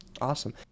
Awesome